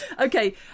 okay